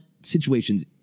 Situations